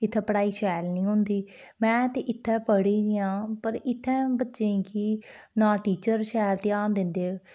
इत्थें पढ़ाई शैल निं होंदी में ते इत्थें पढ़ी दी आं पर इत्थें बच्चें गी ना टीचर शैल ध्यान दिंदे